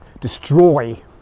destroy